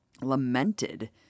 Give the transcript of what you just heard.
lamented